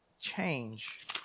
change